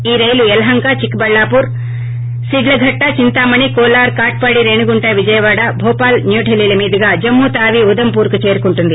ఈ రైలు యలహంక చిక్కబళ్లాపుర శిడ్లఘట్ల చింతామణి కోలార్ కాట్సడి రేణిగుంట విజయవాడ భోపాల్ న్యూ ఢిల్లీల మీదుగా జమ్మూతావీ ఉదంపూర్కు చేరుకుంటుంది